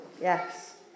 yes